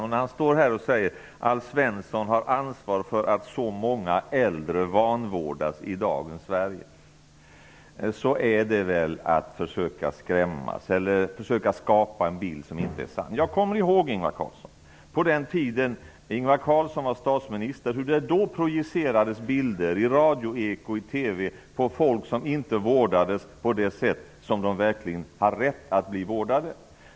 Det är väl att skrämmas eller att skapa en bild som inte är sann när Ingvar Carlsson säger att Alf Svensson har ansvar för att många äldre vanvårdas i dagens Sverige. Jag kommer ihåg när Ingvar Carlsson var statsminister och hur det då projicerades bilder i radion och på TV om folk som inte vårdades på det sätt de verkligen hade rätt till.